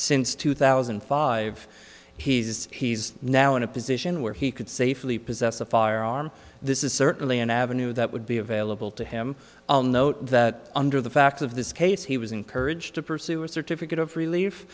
since two thousand and five he's he's now in a position where he could safely possess a firearm this is certainly an avenue that would be available to him note that under the facts of this case he was encouraged to pursue a certificate of relief